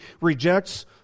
rejects